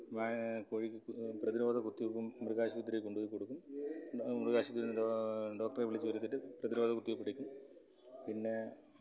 കോഴിക്ക് പ്രതിരോധ കുത്തിവെപ്പും മൃഗാശുപത്രിയിൽ കൊണ്ടുപോയി കൊടുക്കും മൃഗാശുപത്രിയിൽ നിന്ന് ഡോക്ടറെ വിളിച്ച് വരുത്തിയിട്ട് പ്രതിരോധകുത്തിവെപ്പ് എടുക്കും പിന്നെ